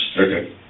Okay